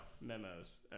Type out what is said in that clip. Memos